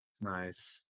Nice